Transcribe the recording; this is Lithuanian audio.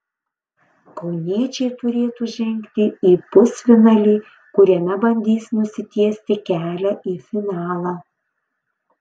kauniečiai turėtų žengti į pusfinalį kuriame bandys nusitiesti kelią į finalą